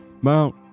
Mount